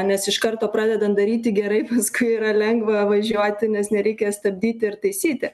nes iš karto pradedant daryti gerai paskui yra lengva važiuoti nes nereikia stabdyti ir taisyti